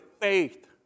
faith